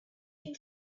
you